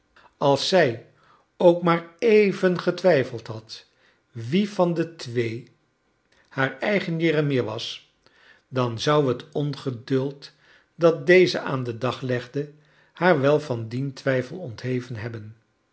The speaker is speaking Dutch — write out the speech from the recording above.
als zij ook maar even getwijfeld had wie van de twee haar eigen jeremia was dan zou het ongeduld dat deze aan den dag legde haar wel van dien twijfel ontheven hebben